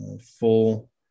full